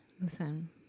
listen